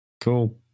Cool